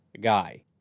guy